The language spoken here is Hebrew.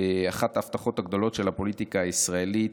אחת ההבטחות הגדולות של הפוליטיקה הישראלית.